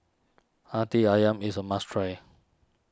Hati Ayam is a must try